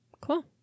Cool